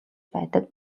байдаг